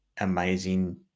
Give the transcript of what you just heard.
amazing